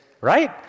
right